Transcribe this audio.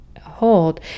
hold